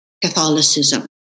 Catholicism